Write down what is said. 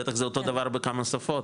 בטח זה אותו דבר בכמה שפות,